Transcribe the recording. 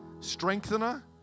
strengthener